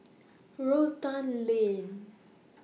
Rotan Lane